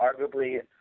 arguably